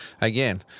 again